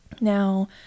Now